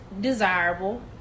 desirable